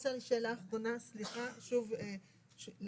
רוצה שאלה אחרונה, סליחה, להבהיר.